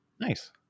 Nice